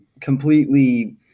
completely